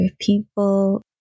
people